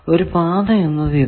ഒരു പാത എന്നത് ഇതാണ്